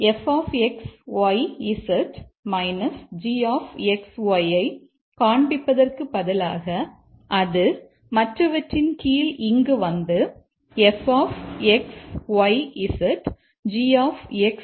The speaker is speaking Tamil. f ஐக் காண்பிக்கும்